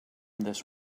this